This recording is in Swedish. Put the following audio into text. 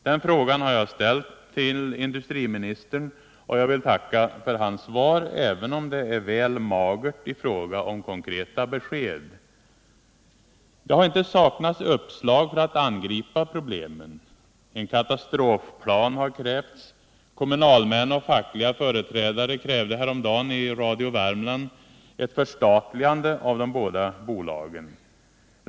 Den frågan har jag ställt till industriministern och jag vill tacka för hans svar, även om det är väl magert i fråga om konkreta besked. Det har inte saknats uppslag för att angripa problemen. En katastrofplan har krävts. Kommunalmän och fackliga företrädare krävde häromdagen i Radio Värmland ett förstatligande av de båda bolagen.